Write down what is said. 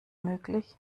möglich